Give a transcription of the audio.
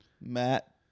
Matt